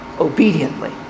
obediently